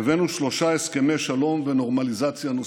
הבאנו שלושה הסכמי שלום ונורמליזציה נוספים: